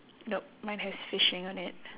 nope mine has fishing on it